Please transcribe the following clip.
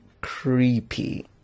creepy